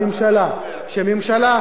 שהממשלה, אתה יודע מה?